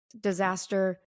disaster